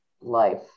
life